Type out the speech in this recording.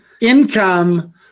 income